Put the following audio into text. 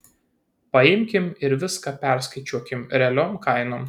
paimkim ir viską perskaičiuokim realiom kainom